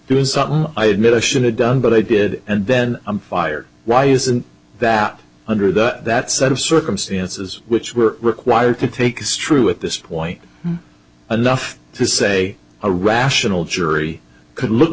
doing something i admit i should have done but i did and then i'm fired why isn't that under the that set of circumstances which were required to take is true at this point enough to say a rational jury could look